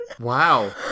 Wow